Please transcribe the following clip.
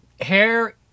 hair